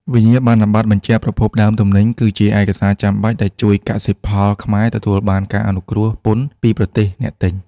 វិញ្ញាបនបត្របញ្ជាក់ប្រភពដើមទំនិញ គឺជាឯកសារចាំបាច់ដែលជួយឱ្យកសិផលខ្មែរទទួលបានការអនុគ្រោះពន្ធពីប្រទេសអ្នកទិញ។